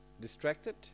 distracted